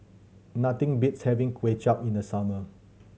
nothing beats having Kway Chap in the summer